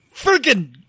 freaking